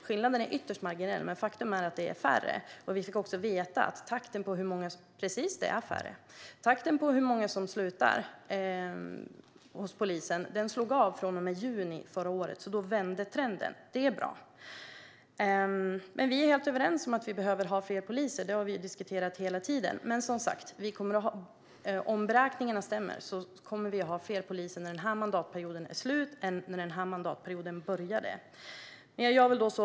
Skillnaden är ytterst marginell, men faktum är att det är färre. Vi fick också veta att takten för hur många som slutar hos polisen slog av från och med juni förra året. Då vände trenden. Det är bra. Vi är helt överens om att vi behöver ha fler poliser. Det har vi diskuterat hela tiden. Men som sagt: Om beräkningarna stämmer kommer vi att ha fler poliser när den här mandatperioden är slut än när den här mandatperioden började.